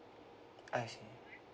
I see